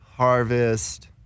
Harvest